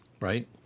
right